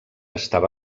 estava